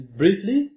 briefly